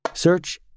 Search